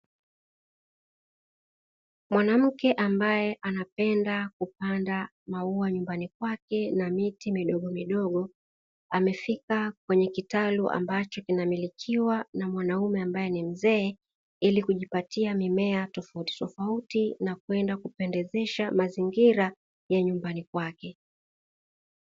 Mwanamke ambaye anapenda kupanda maua nyumbani kwake na miti midogomidogo, amefika kwenye kitalu ambacho kinamilikiwa na mwanaume ambaye ni mzee, ili kujipatia mimea tofautitofauti na kwenda kupendezesha mazingira ya nyumbani kwake.